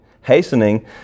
hastening